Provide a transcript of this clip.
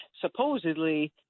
supposedly